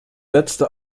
letzte